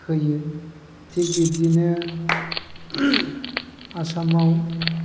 होयो थिग बिब्दिनो आसामाव